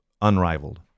unrivaled